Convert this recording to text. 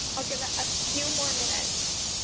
i'll give it a few more minutes.